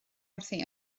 wrthi